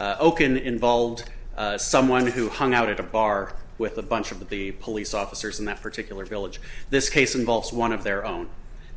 oaken involved someone who hung out at a bar with a bunch of the police officers in that particular village this case involves one of their own